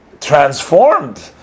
transformed